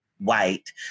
White